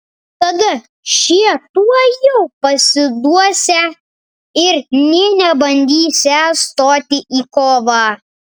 tada šie tuojau pasiduosią ir nė nebandysią stoti į kovą